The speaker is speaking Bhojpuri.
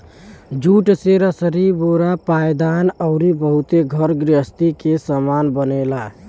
जूट से रसरी बोरा पायदान अउरी बहुते घर गृहस्ती के सामान बनेला